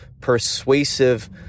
persuasive